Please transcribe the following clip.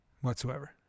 whatsoever